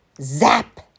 Zap